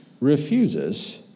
refuses